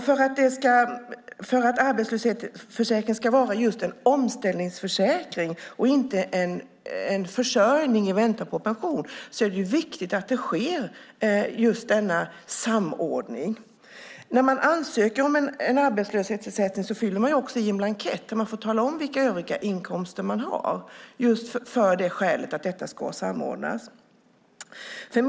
För att arbetslöshetsförsäkringen ska vara en omställningsförsäkring och inte en försörjning i väntan på pension är det viktigt att denna samordning sker. När man ansöker om arbetslöshetsersättning fyller man i en blankett där man talar om vilka övriga inkomster man har. Skälet till det är just samordningen.